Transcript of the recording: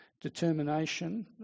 determination